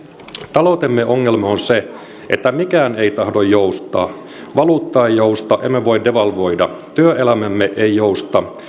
taloutemme ongelma on se että mikään ei tahdo joustaa valuutta ei jousta emme voi devalvoida työelämämme ei jousta